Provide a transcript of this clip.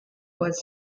was